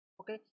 Okay